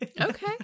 okay